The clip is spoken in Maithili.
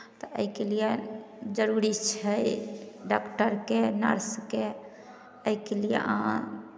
तऽ एहिके लिए जरूरी छै डॉक्टरके नर्सके एहिके लिए अहाँ